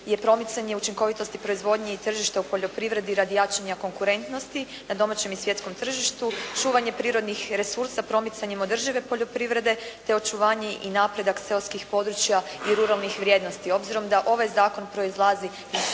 je promicanje učinkovitosti proizvodnje i tržišta u poljoprivredi radi jačanja konkurentnosti na domaćem i svjetskom tržištu, čuvanje prirodnih resursa promicanjem od države poljoprivrede te očuvanje i napredak seoskih područja i ruralnih vrijednosti. Obzirom da ovaj zakon proizlazi iz